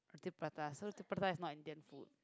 roti-prata so roti-prata is not Indian food